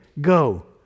Go